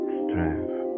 strength